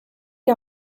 les